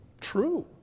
True